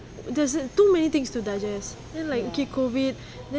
there's too many things to digest and like keep COVID then